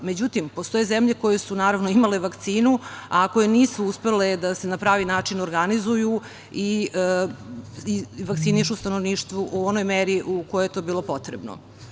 Međutim, postoje zemlje koje su naravno imale vakcinu, a koje nisu uspeli da se na pravi način organizuju i vakcinišu stanovništvo u onoj meri u kojoj je to bilo potrebno.